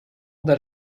that